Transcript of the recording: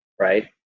right